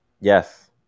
Yes